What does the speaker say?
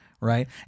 Right